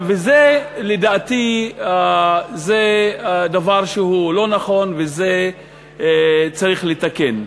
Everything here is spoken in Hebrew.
וזה, לדעתי, דבר שהוא לא נכון, ואת זה צריך לתקן.